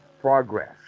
progress